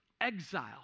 exile